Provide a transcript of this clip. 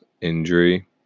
injury